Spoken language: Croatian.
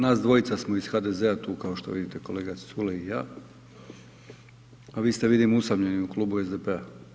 Nas dvojica smo iz HDZ-a tu kao što vidite, kolega Culej i ja a vi ste vidim usamljeni u klubu SDP-a.